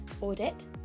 audit